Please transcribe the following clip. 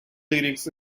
lyrics